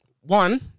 One